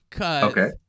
Okay